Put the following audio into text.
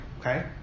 okay